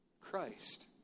Christ